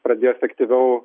pradėjo efektyviau